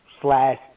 slash